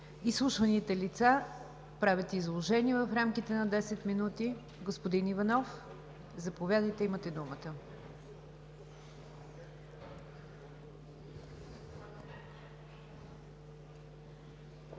изслушваните лица правят изложение в рамките на десет минути. Господин Иванов, заповядайте. Имате думата.